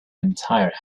entire